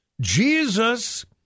Jesus